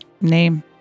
name